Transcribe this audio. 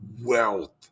wealth